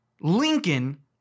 Lincoln